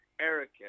Erica